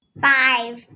Five